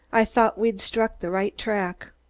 i thought we'd struck the right track.